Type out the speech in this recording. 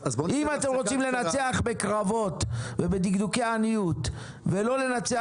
אם אתם רוצים לנצח בקרבות ובדקדוקי עניות ולא לנצח